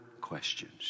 questions